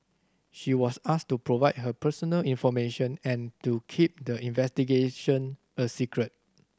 she was asked to provide her personal information and to keep the investigation a secret